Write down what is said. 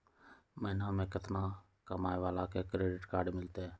महीना में केतना कमाय वाला के क्रेडिट कार्ड मिलतै?